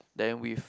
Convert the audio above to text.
then with